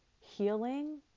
healing